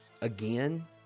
again